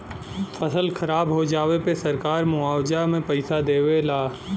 फसल खराब हो जाये पे सरकार मुआवजा में पईसा देवे ला